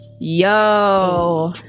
Yo